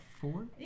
four